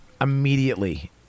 immediately